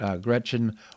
Gretchen